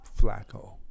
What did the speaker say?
Flacco